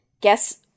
guess